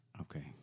Okay